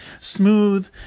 smooth